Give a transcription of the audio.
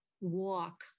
walk